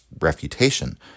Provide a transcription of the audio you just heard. refutation